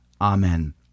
Amen